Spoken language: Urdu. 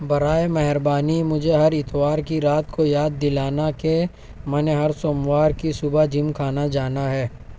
برائے مہربانی مجھے ہر اتوار کی رات کو یاد دلانا کہ میں نے ہر سوموار کی صبح جم خانہ جانا ہے